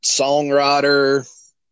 songwriter